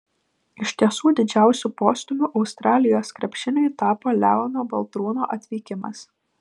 iš tiesų didžiausiu postūmiu australijos krepšiniui tapo leono baltrūno atvykimas